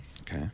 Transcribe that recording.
Okay